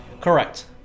Correct